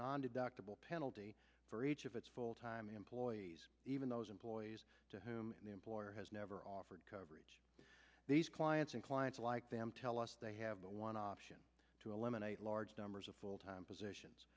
nondeductible penalty for each of its full time employees even those employees to whom the employer has never offered coverage these clients and clients like them tell us they have the one option to eliminate large numbers of full time positions